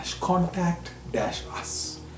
contact-us